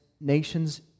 nations